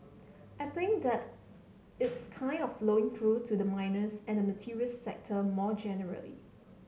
I think that it's kind of flowing through to the miners and the materials sector more generally